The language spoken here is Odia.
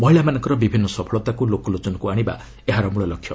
ମହିଳାମାନଙ୍କର ବିଭିନ୍ନ ସଫଳତାକୁ ଲୋକଲୋଚନକୁ ଆଶିବା ଏହାର ମୂଳଲକ୍ଷ୍ୟ